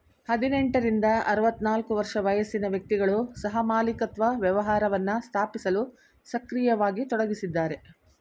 ಹದಿನೆಂಟ ರಿಂದ ಆರವತ್ತನಾಲ್ಕು ವರ್ಷ ವಯಸ್ಸಿನ ವ್ಯಕ್ತಿಗಳು ಸಹಮಾಲಿಕತ್ವ ವ್ಯವಹಾರವನ್ನ ಸ್ಥಾಪಿಸಲು ಸಕ್ರಿಯವಾಗಿ ತೊಡಗಿಸಿದ್ದಾರೆ